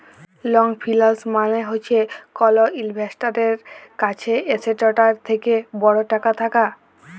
long finance মালে হছে কল ইল্ভেস্টারের কাছে এসেটটার থ্যাকে বড় টাকা থ্যাকা